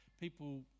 people